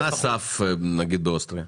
מה הסף באוסטריה?